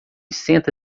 senta